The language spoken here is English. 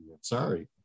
Sorry